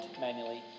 manually